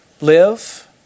live